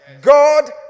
God